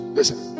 Listen